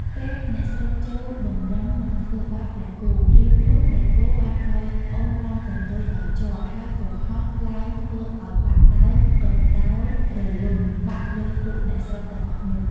ពេលអ្នកស្រុកចូលបម្រុងនឹងធ្វើបាបព្រះគោ ភ្លាមនោះព្រះគោបានឲ្យប្អូនតោងកន្ទុយឲ្យជាប់ ហើយក៏ហោះឡើងធ្វើឲ្យបាក់ដើមកណ្ដោលរលំបាក់លើពួកអ្នកស្រុកទាំងអស់នោះ។